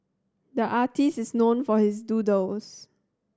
the artist is known for his doodles